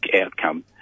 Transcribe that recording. outcome